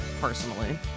personally